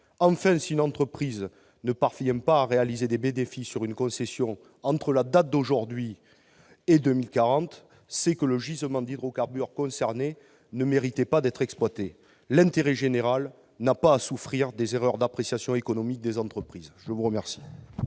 Enfin, si une entreprise ne parvient pas à réaliser de bénéfices sur une concession entre aujourd'hui et 2040, c'est que le gisement d'hydrocarbures concerné ne méritait pas d'être exploité. L'intérêt général n'a pas à souffrir des erreurs d'appréciation économique des entreprises ! La parole